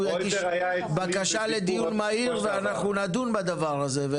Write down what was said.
יגיש בקשה לדיון מהיר ואנחנו נדון בדבר הזה,